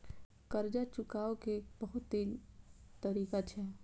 कर्जा चुकाव के बहुत तरीका छै?